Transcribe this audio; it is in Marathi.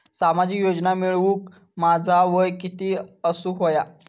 सामाजिक योजना मिळवूक माझा वय किती असूक व्हया?